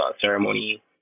ceremony